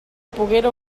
poguera